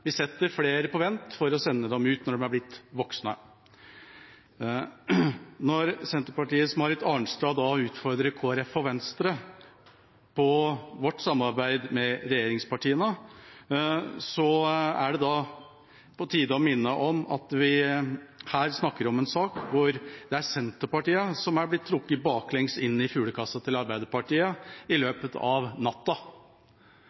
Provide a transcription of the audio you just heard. Vi setter flere på vent for å sende dem ut når de er blitt voksne. Når Senterpartiets Marit Arnstad da utfordrer Kristelig Folkeparti og Venstre på vårt samarbeid med regjeringspartiene, er det på tide å minne om at vi her snakker om en sak hvor det er Senterpartiet som er blitt trukket baklengs inn i fuglekassa til Arbeiderpartiet i